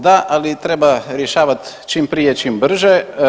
Da, ali treba rješavat čim prije, čim brže.